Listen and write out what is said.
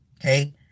Okay